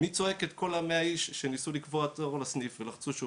מי צועק את קול ה-100 איש שניסו לקבוע תור לסניף ולחצו שוב